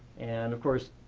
and of course,